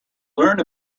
learn